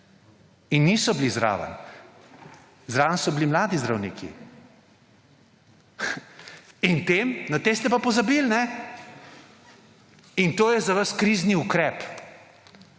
in niso bili zraven. Zraven so bili mladi zdravniki. Na te ste pa pozabili. In to je za vas krizni ukrep.